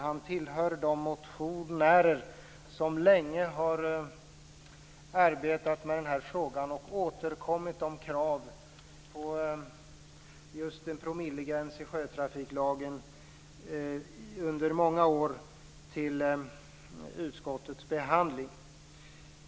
Han hör till de motionärer som länge har arbetat med den här frågan, och han har under många år återkommit till utskottets behandling med krav på just en promillegräns i sjötrafiklagen.